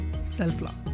self-love